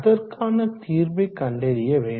அதற்கான தீர்வை கண்டறிய வேண்டும்